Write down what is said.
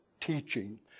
teaching